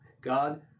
God